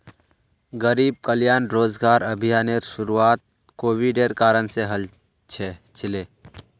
गरीब कल्याण रोजगार अभियानेर शुरुआत कोविडेर कारण से हल छिले